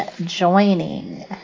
joining